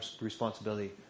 responsibility